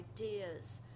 ideas